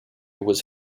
was